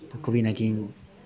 COVID nineteen